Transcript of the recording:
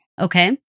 Okay